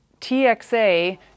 TXA